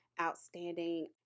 outstanding